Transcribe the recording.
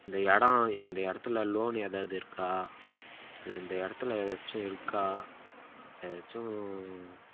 இந்த இடம் இந்த இடத்துல லோன் ஏதாவது இருக்கா இல்லை இந்த இடத்துல ஏதாச்சும் இருக்கா ஏதாச்சும்